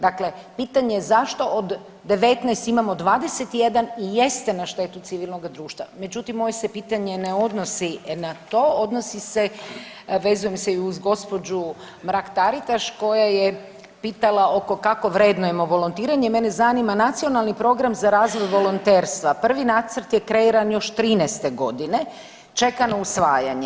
Dakle, pitanje zašto od 19 imamo 21 i jeste na štetu civilnoga društva, međutim, moje se pitanje ne odnosi na to, odnosi se, vezujem se i uz gđu. Mrak-Taritaš koja je pitala oko kako vrednujemo volontiranje, mene zanima Nacionalni program za razvoj volonterstva, prvi nacrt je kreiran još '13. g., čeka na usvajanje.